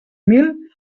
mil